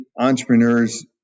entrepreneurs